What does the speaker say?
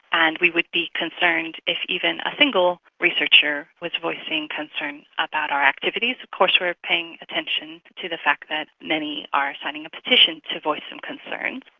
and we would be concerned if even a single researcher was voicing concern about our activities. of course we're paying attention to the fact that many are signing a petition to voice some concerns.